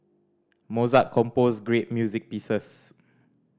Mozart composed great music pieces